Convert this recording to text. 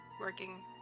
working